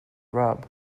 rub